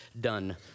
done